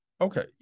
Okay